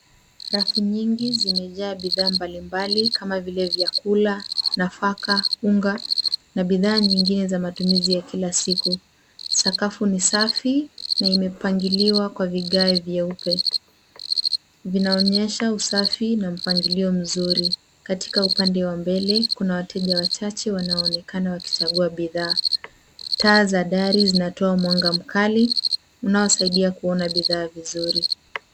Rafu nyingi zimejaa bidhaa mbalimbali kama vile vyakula, nafaka, unga na bidhaa nyingine za matumizi ya kila siku. Sakafu ni safi na imepangiliwa kwa vigae vyeupe, vinaonyesha usafi na mpangilio mzuri. Katika upande wa mbele, kuna wateja wachache wanaoonekana wakichagua bidhaa. Taa za dari zinatoa mwanga mkali unaosaidia kuona bidhaa vizuri.